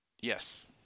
Yes